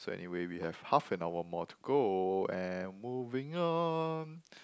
so anyway we have half an hour more to go and moving on